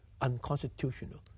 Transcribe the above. unconstitutional